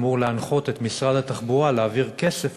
אמור להנחות את משרד התחבורה להעביר כסף